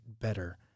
better